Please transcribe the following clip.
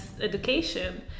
education